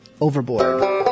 Overboard